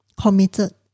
committed